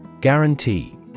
GUARANTEE